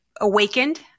awakened